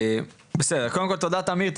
קודם כל, תודה תמיר.